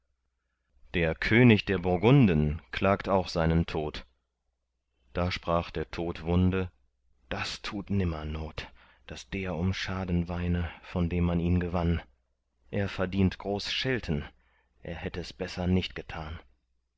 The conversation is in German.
der könig der burgunden klagt auch seinen tod da sprach der todwunde das tut nimmer not daß der um schaden weine von dem man ihn gewann er verdient groß schelten er hätt es besser nicht getan